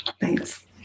Thanks